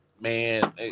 man